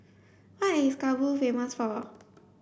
what is Kabul famous for